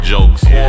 Jokes